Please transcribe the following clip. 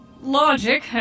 logic